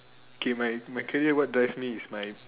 K my career what drives me is my